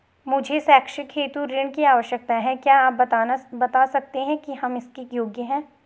मुझे शैक्षिक हेतु ऋण की आवश्यकता है क्या आप बताना सकते हैं कि हम इसके योग्य हैं?